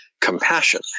compassion